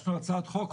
הגשנו הצעת חוק.